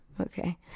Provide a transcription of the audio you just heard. Okay